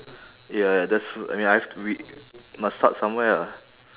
ya ya that's I mean I've we must start somewhere lah